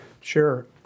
Sure